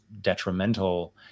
detrimental